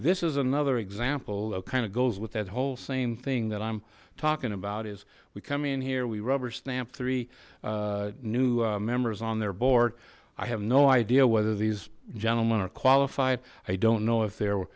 this is another example that kind of goes with that whole same thing that i'm talking about is we come in here we rubber stamp three new members on their board i have no idea whether these gentlemen are qualified i don't know if they're